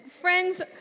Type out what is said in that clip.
Friends